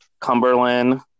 Cumberland